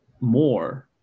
more